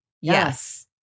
Yes